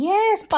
Yes